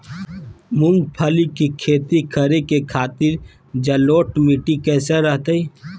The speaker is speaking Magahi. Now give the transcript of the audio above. मूंगफली के खेती करें के खातिर जलोढ़ मिट्टी कईसन रहतय?